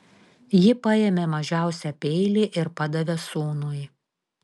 ji paėmė mažiausią peilį ir padavė sūnui